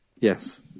Yes